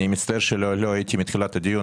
אני מצטער שלא הייתי מתחילת הדיון.